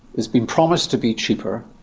it's been promised to be cheaper,